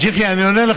חאג' יחיא, אני עונה לך.